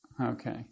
Okay